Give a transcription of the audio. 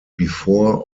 before